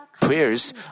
prayers